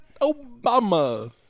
Obama